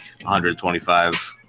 125